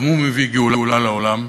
גם הוא מביא גאולה לעולם.